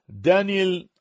daniel